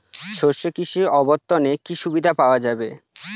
শস্য কৃষি অবর্তনে কি সুবিধা পাওয়া যাবে?